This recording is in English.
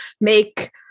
make